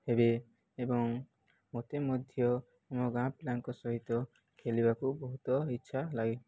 ହେବେ ଏବଂ ମୋତେ ମଧ୍ୟ ଆମ ଗାଁ ପିଲାଙ୍କ ସହିତ ଖେଳିବାକୁ ବହୁତ ଇଚ୍ଛା ଲାଗେ